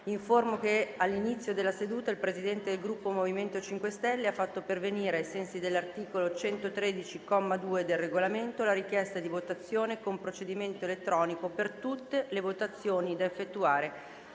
che all'inizio della seduta il Presidente del Gruppo MoVimento 5 Stelle ha fatto pervenire, ai sensi dell'articolo 113, comma 2, del Regolamento, la richiesta di votazione con procedimento elettronico per tutte le votazioni da effettuare